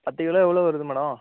பத்து கிலோ எவ்வளோ வருது மேடோம்